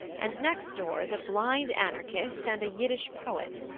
and next door is a blind anarchist and a yiddish poet.